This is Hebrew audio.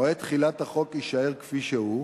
מועד תחילת החוק יישאר כפי שהוא,